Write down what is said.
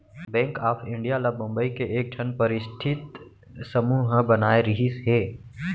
bank of India ल बंबई के एकठन परस्ठित समूह ह बनाए रिहिस हे